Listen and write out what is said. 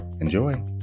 Enjoy